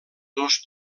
dos